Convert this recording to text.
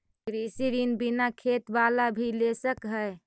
कृषि ऋण बिना खेत बाला भी ले सक है?